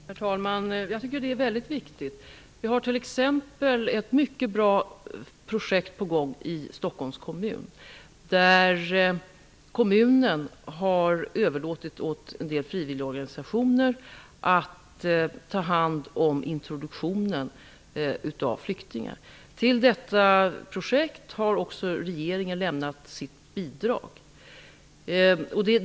Herr talman! Jag tycker att det är mycket viktigt. I Stockholms kommun är ett mycket bra projekt på gång. Kommunen har överlåtit åt en del frivilligorganisationer att ta hand om introduktionen av flyktingar. Till detta projekt har också regeringen lämnat sitt bidrag.